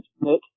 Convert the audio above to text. Nick